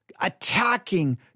attacking